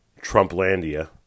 Trumplandia